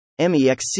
MEXC